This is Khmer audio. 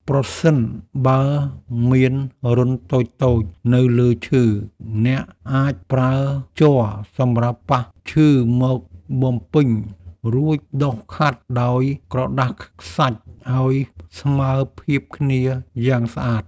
ប្រសិនបើមានរន្ធតូចៗនៅលើឈើ អ្នកអាចប្រើជ័រសម្រាប់ប៉ះឈើមកបំពេញ រួចដុសខាត់ដោយក្រដាសខ្សាច់ឱ្យស្មើភាពគ្នាយ៉ាងស្អាត។